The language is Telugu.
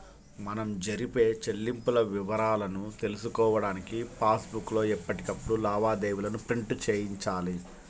మనం జరిపే చెల్లింపుల వివరాలను తెలుసుకోడానికి పాస్ బుక్ లో ఎప్పటికప్పుడు లావాదేవీలను ప్రింట్ చేయించాలి